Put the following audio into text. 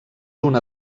una